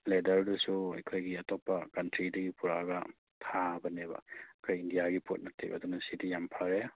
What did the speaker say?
ꯂꯦꯗꯔꯗꯨꯁꯨ ꯑꯩꯈꯣꯏꯒꯤ ꯑꯇꯣꯞꯄ ꯀꯟꯇ꯭ꯔꯤꯗꯒꯤ ꯄꯨꯔꯛꯑꯒ ꯊꯥꯕꯅꯦꯕ ꯑꯩꯈꯣꯏ ꯏꯟꯗꯤꯌꯥꯒꯤ ꯄꯣꯠ ꯅꯠꯇꯦꯕ ꯑꯗꯨꯅ ꯁꯤꯗꯤ ꯌꯥꯝ ꯐꯔꯦ